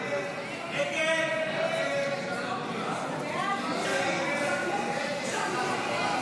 ההצעה להעביר לוועדה את הצעת חוק לקידום